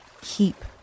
keep